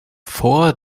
vor